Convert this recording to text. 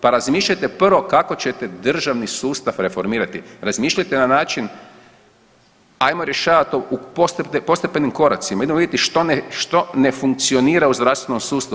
Pa razmišljajte prvo kako ćete državni sustav reformirati, razmišljajte na način ajmo rješavat to postepenim koracima, idemo vidjeti što ne funkcionira u zdravstvenom sustavu.